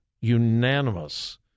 unanimous